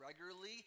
regularly